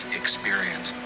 experience